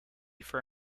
for